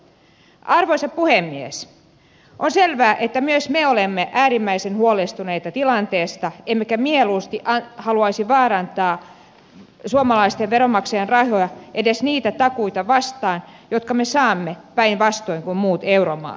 on selvää että myös me olemme äärimmäisen huolestuneita tilanteesta emmekä mieluusti haluaisi vaarantaa suomalaisten veronmaksajien rahoja edes niitä takuita vastaan jotka me saamme päinvastoin kuin muut euromaat